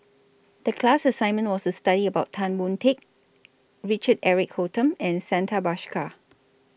The class assignment was to study about Tan Boon Teik Richard Eric Holttum and Santha Bhaskar